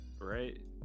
right